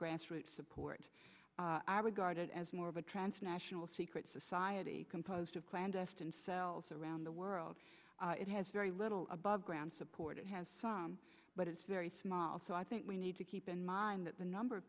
grassroots support i regard it as more of a transnational secret society composed of clandestine cells around the world it has very little above ground support it has some but it's very small so i think we need to keep in mind that the number of